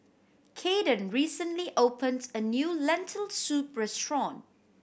Caden recently opens a new Lentil Soup restaurant